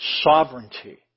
Sovereignty